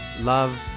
Love